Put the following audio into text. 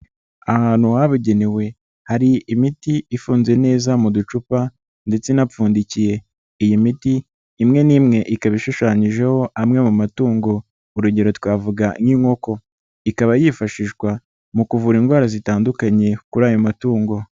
Ahantu habugenewe hari imiti ifunze neza mu ducupa ndetse inapfundikiye, iyi miti imwe n'imwe ikaba ishushanyijeho amwe mu matungo, urugero twavuga nk'inkoko, ikaba yifashishwa mu kuvura indwara zitandukanye kuri ayo matungo.